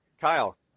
Kyle